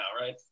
right